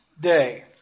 day